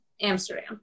Amsterdam